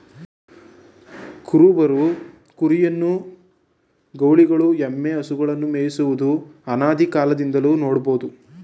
ಕುರುಬರು ಕುರಿಯನ್ನು, ಗೌಳಿಗಳು ಎಮ್ಮೆ, ಹಸುಗಳನ್ನು ಮೇಯಿಸುವುದು ಅನಾದಿಕಾಲದಿಂದಲೂ ನೋಡ್ಬೋದು